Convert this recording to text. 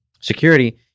security